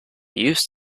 used